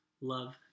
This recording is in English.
love